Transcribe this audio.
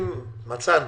אם מצאנו